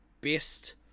best